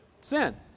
sin